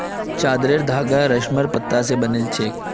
चादरेर धागा रेशमेर पत्ता स बनिल छेक